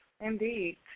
indeed